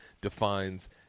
defines